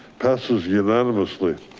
passes unanimously